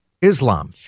Islam